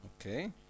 Okay